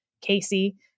Casey